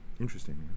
interesting